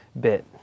bit